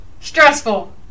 stressful